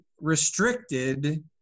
restricted